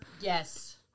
Yes